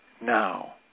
now